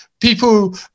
people